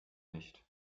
nicht